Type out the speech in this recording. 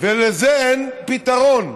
ולזה אין פתרון.